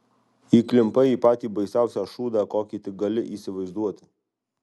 įklimpai į patį baisiausią šūdą kokį tik gali įsivaizduoti